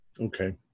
Okay